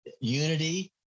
unity